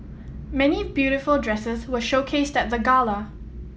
many beautiful dresses were showcased at the gala